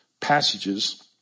passages